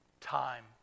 time